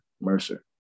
Mercer